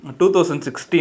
2016